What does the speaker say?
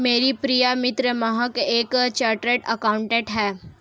मेरी प्रिय मित्र महक एक चार्टर्ड अकाउंटेंट है